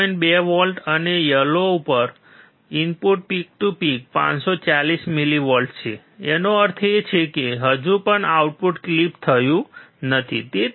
2 volt અને yellow ઉપર input peak થી પીક 540 મિલીવોલ્ટ છે તેનો અર્થ એ છે કે હજુ પણ આઉટપુટ ક્લિપ થયું નથી તેથી 0